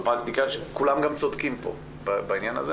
כולם צודקים בעניין הזה.